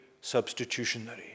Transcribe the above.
substitutionary